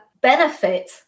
benefit